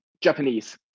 japanese